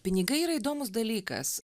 pinigai yra įdomus dalykas